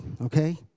okay